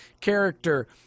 character